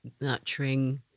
nurturing